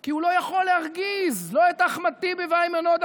כי הוא לא יכול להרגיז לא את אחמד טיבי ואיימן עודה,